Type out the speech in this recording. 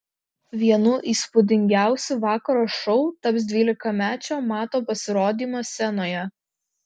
vienu įspūdingiausių vakaro šou taps dvylikamečio mato pasirodymas scenoje